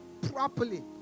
properly